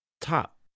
Top